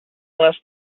unless